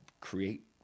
create